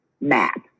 map